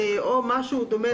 או משהו דומה לזה.